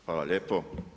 Hvala lijepo.